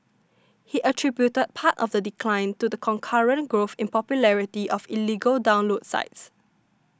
he attributed part of the decline to the concurrent growth in popularity of illegal download sites